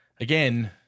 Again